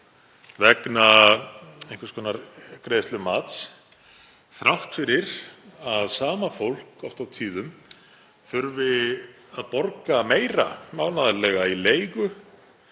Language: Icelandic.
vegna einhvers konar greiðslumats þrátt fyrir að sama fólk oft og tíðum þurfi að borga meira mánaðarlega í leigu